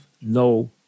no